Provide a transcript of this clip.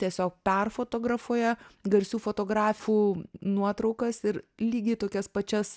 tiesiog perfotografuoja garsių fotografų nuotraukas ir lygiai tokias pačias